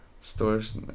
Stores